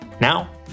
now